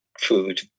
food